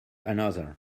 another